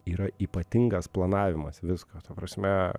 yra ypatingas planavimas visko ta prasme